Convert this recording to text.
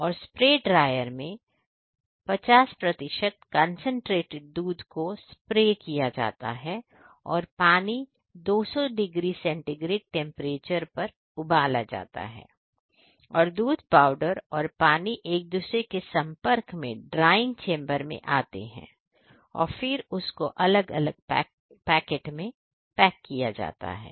और spray dryer मैं 50 concentrated दूध को स्प्रे किया जाता है और पानी 200 डिग्री सेंटीग्रेड टेंपरेचर पर उबाला जाता है और दूध पाउडर और पानी एक दूसरे के संपर्क में ड्राइंग चेंबर में आते हैं और फिर उसको अलग अलग पैकेट में पैक किया जाता है